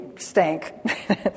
stank